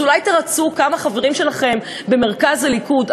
אז אולי תרַצו כמה חברים שלכם במרכז הליכוד,